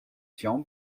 tian